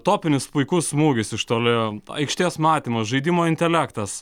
topinis puikus smūgis iš toli aikštės matymas žaidimo intelektas